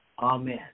amen